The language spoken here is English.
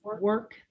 work